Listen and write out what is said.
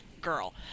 girl